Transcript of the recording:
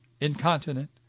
incontinent